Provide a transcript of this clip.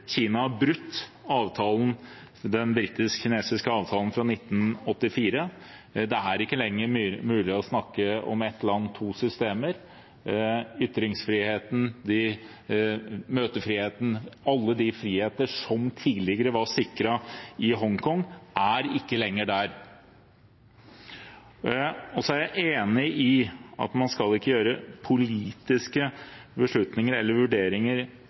Kina har brutt den britisk-kinesiske avtalen fra 1984. Det er ikke lenger mulig å snakke om ett land, to systemer. Ytringsfriheten, møtefriheten, alle de friheter som tidligere var sikret i Hongkong, er ikke lenger der. Så er jeg enig i at man ikke skal ta politiske beslutninger eller vurderinger